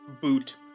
boot